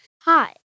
Hi